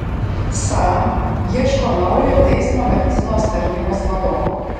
sam ieško naujo teismo medicinos tarnybos vadovo